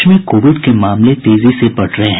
प्रदेश में कोविड के मामले तेजी से बढ़ रहे हैं